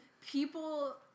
people